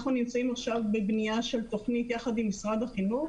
אנחנו נמצאים כעת בבניית תוכנית עם משרד החינוך,